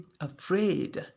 afraid